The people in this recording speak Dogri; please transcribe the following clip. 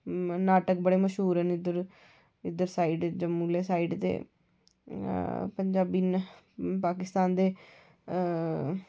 नाटक बड़े मश्हूर न इद्धर जम्मू आह्ली साईड ते पाकिस्तान दे